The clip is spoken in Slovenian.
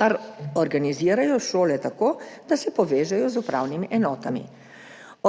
Kar organizirajo šole tako, da se povežejo z upravnimi enotami.